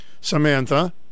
Samantha